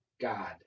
God